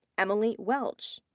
emily welch.